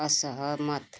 असहमत